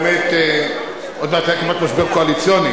עוד מעט היה כמעט משבר קואליציוני,